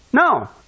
No